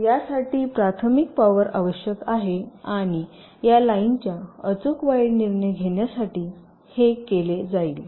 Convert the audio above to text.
यासाठी प्राथमिक पॉवर आवश्यक आहे आणि या लाईनच्या अचूक वाईड निर्णय घेण्यासाठी हे केले जाईल